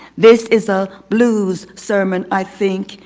this is a blues sermon, i think,